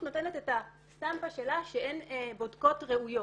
נותנת את הסטמפה שלה שהן בודקות ראויות.